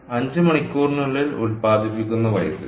5 മണിക്കൂറിനുള്ളിൽ ഉൽപ്പാദിപ്പിക്കുന്ന വൈദ്യുതി